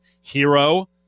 hero